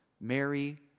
Mary